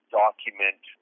document